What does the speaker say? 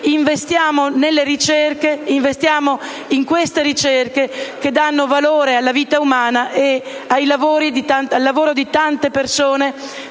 Investiamo nella ricerca, in queste ricerche, che danno valore alla vita umana e al lavoro di tante persone